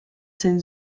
cette